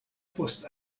post